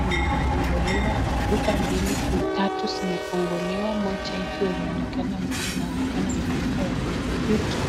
Yenye imefunguliwa, duka mbili tatu zimefunguliwa moja ikiwa imeonekana ni duka ya beauty